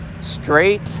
straight